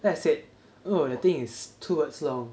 then I said oh the thing is two words long